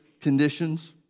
conditions